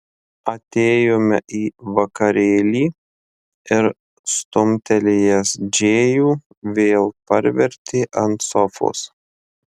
atėjome į vakarėlį ir stumtelėjęs džėjų vėl parvertė ant sofos